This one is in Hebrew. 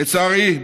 לצערי,